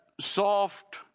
soft